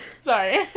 sorry